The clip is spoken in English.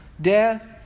death